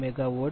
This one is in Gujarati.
20 p